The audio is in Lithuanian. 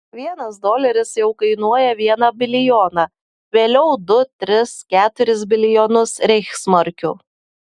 vienas doleris jau kainuoja vieną bilijoną vėliau du tris keturis bilijonus reichsmarkių